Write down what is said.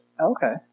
Okay